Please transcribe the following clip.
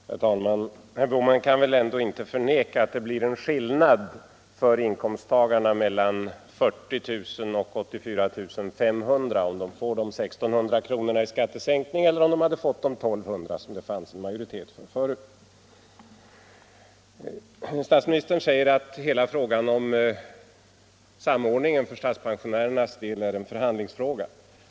Herr talman! Herr Bohman kan väl ändå inte förneka att det blir en skillnad för löntagarna i skiktet mellan 40 000 och 84 500 kr. om de får de 1 600 kronorna i skattesänkning jämfört med att de hade fått de 1200 som majoriteten hade föreslagit. Statsministern säger att hela frågan om samordningen för statspensionärernas del är en förhandlingsfråga.